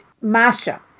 Masha